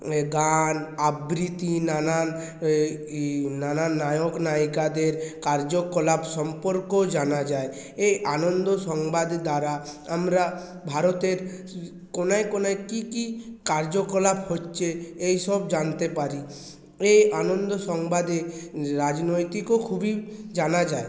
গান আবৃত্তি নানান নানান নায়ক নায়িকাদের কার্যকলাপ সম্পর্ক জানা যায় এ আনন্দ সংবাদ দ্বারা আমরা ভারতের কোনায় কোনায় কী কী কার্যকলাপ হচ্ছে এইসব জানতে পারি এ আনন্দ সংবাদে রাজনৈতিকও খুবই জানা যায়